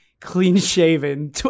clean-shaven